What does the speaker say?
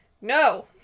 no